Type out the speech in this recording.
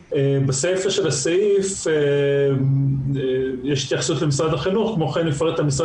בסיפה של התקנה יש התייחסות למשרד החינוך: "כמו כן יפרט המשרד